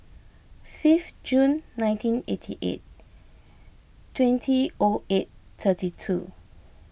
fifth Jun nineteen eighty eight twenty O eight thirty two